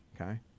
Okay